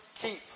keep